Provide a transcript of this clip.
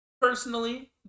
personally